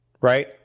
Right